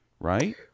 Right